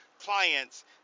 clients